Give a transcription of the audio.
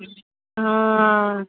ఆ